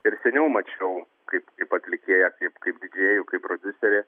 ir seniau mačiau kaip kaip atlikėją kaip kaip didžėjų kaip prodiuserį